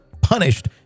punished